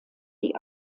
die